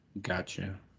Gotcha